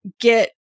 get